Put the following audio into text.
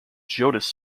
jonas